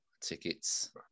tickets